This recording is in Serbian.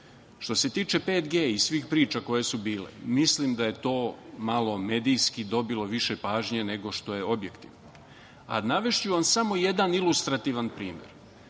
Što se tiče 5G i svih priča koje su bile, mislim da je to malo medijski dobilo više pažnje, nego što je objektivno, a navešću vam samo jedan ilustrativan primer.